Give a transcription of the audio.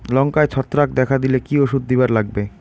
লঙ্কায় ছত্রাক দেখা দিলে কি ওষুধ দিবার লাগবে?